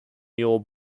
mule